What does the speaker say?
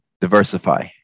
diversify